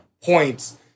points